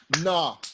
nah